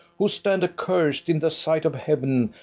who stand accursed in the sight of heaven,